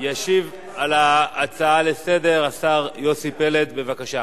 ישיב על ההצעות לסדר-היום השר יוסי פלד, בבקשה.